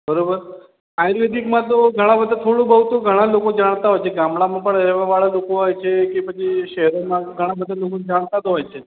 બરાબર આયુર્વેદિકમાં તો ઘણાં બધાં થોડું બહુ તો ઘણાં લોકો જાણતા હોય છે કે ગામડામાં પણ રહેવાવાળા લોકો હોય છે કે પછી શહેરોમાં ઘણાં બધાં લોકો જાણતાં જ હોય છે